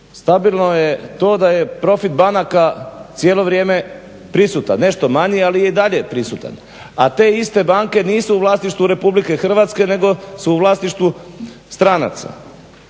Stabilno je to da je profit banaka cijelo vrijeme prisutan nešto manje, ali je i dalje prisutan, a te iste banke nisu u vlasništvu Republike Hrvatske nego su u vlasništvu stranaca.